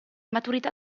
maturità